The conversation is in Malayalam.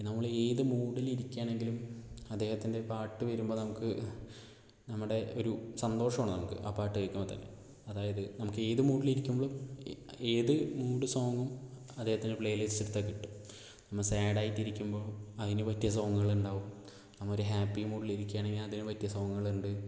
നമ്മൾ ഏത് മൂഡിൽ ഇരിക്കുകയാണെങ്കിലും അദ്ദേഹത്തിൻ്റെ പാട്ട് വരുമ്പോൾ നമുക്ക് നമ്മുടെ ഒരു സന്തോഷമാണ് നമുക്ക് ആ പാട്ട് കേൾക്കുമ്പോൾ തന്നെ അതായത് നമുക്കേത് മൂഡിലിരിക്കുമ്പോഴും ഏത് മൂഡ് സോങ്ങും അദ്ദേഹത്തിൻ്റെ പ്ലേ ലിസ്റ്റ് എടുത്താൽ കിട്ടും നമ്മൾ സാഡായിട്ടിരിക്കുമ്പോൾ അതിന് പറ്റിയ സോങ്ങുകൾ ഉണ്ടാവും നമ്മൾ ഒരു ഹാപ്പി മൂഡിലിരിക്കുകയാണെങ്കിൽ അതിന് പറ്റിയ സോങ്ങുകളുണ്ട്